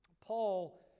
Paul